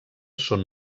són